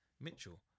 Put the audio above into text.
Mitchell